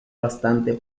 bastante